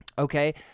Okay